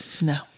No